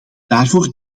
daarvoor